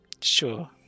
Sure